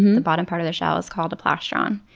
the bottom part of their shell, is called a plastron.